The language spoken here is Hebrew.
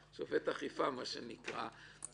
מה שנקרא.